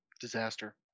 disaster